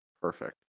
Perfect